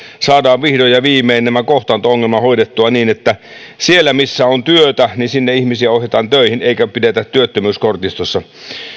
saadaan vihdoin ja viimein tämä kohtaanto ongelma hoidettua niin että sinne missä on työtä ihmisiä ohjataan töihin eikä pidetä työttömyyskortistossa